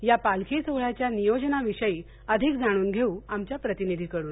या पालखी सोहळ्याच्या नियोजनाविषयी अधिक जाणून षेऊ आमच्या प्रतिनिधीकडून